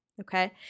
Okay